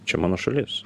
čia mano šalis